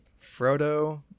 frodo